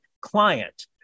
client